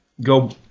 go